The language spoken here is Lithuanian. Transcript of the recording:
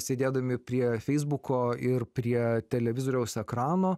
sėdėdami prie feisbuko ir prie televizoriaus ekrano